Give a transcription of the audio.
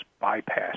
bypass